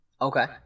Okay